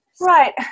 Right